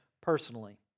personally